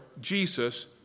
Jesus